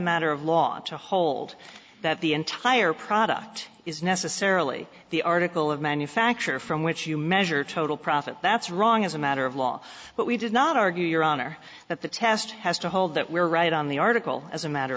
matter of law to hold that the entire product is necessarily the article of manufacture from which you measure total profit that's wrong as a matter of law but we did not argue your honor that the test has to hold that we're right on the article as a matter